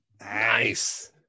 Nice